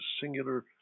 singular